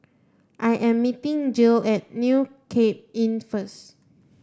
I am meeting Jill at New Cape Inn first